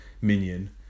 minion